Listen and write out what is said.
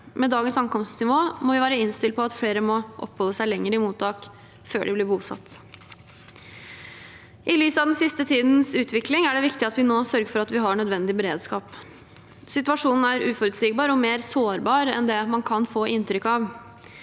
Med dagens ankomstnivå må vi være innstilt på at flere må oppholde seg lenger i mottak før de blir bosatt. I lys av den siste tidens utvikling er det viktig at vi nå sørger for at vi har nødvendig beredskap. Situasjonen er uforutsigbar og mer sårbar enn det man kan få inntrykk av.